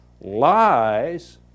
lies